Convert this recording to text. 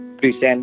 present